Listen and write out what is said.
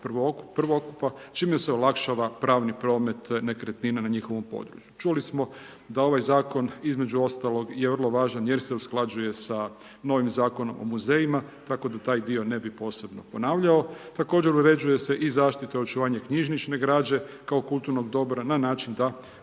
prvokupa čime olakšava pravni promet nekretnina na njihovom području. Čuli smo da ovaj zakon između ostalog je vrlo važan jer se usklađuje sa novim Zakonom o muzejima tako da taj dio ne bih posebno ponavljao. Također uređuje se i zaštita i očuvanje knjižnične građe kao kulturnog dobra na način da